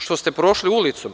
Što ste prošli ulicom?